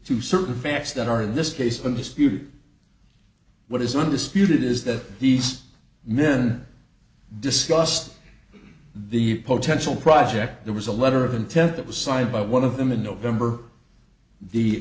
to certain facts that are in this case been disputed what is undisputed is that these men discussed the potential project there was a letter of intent that was signed by one of them in november the